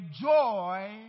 joy